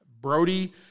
Brody